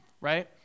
right